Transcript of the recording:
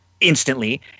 Instantly